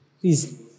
please